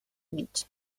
units